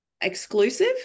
exclusive